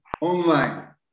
online